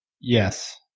Yes